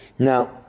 Now